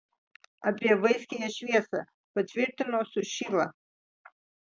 apie vaiskiąją šviesą patvirtino sušyla